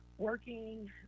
Working